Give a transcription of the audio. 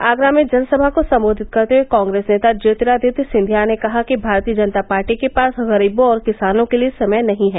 आगरा में जनसभा को सम्बोधित करते हुये कॉग्रेस नेता ज्योतिरादित्य सिंधिया ने कहा कि भारतीय जनता पार्टी के पास गरीबों और किसानों के लिये समय नही है